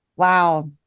Wow